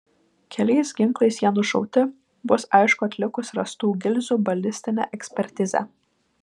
keliais ginklais jie nušauti bus aišku atlikus rastų gilzių balistinę ekspertizę